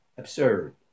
absurd